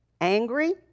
angry